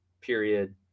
Period